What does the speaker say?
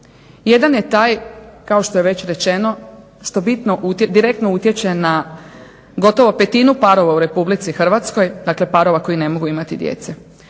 Jedan je taj kao što je već rečeno što direktno utječe na gotovo petinu parova u RH dakle parova koji ne mogu imati djece.